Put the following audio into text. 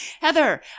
Heather